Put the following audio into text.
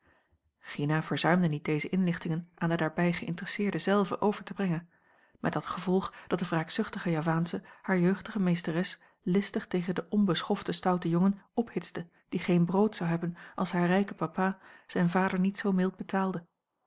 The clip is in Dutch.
gina verzuimde niet deze inlichtingen aan de daarbij geïnteresseerde zelve over te brengen met dat gevolg dat de wraakzuchtige javaansche hare jeugdige meesteres listig tegen den onbeschoften stouten jongen ophitste die geen brood zou hebben als haar rijke papa zijn vader niet zoo mild betaalde